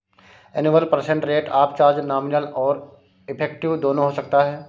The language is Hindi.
annual percent rate of charge nominal और इफेक्टिव दोनों हो सकता है